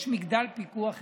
שיש מגדל פיקוח אחד.